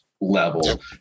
level